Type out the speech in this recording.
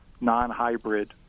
non-hybrid